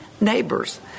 neighbors